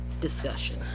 discussion